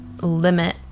limit